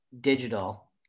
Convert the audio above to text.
digital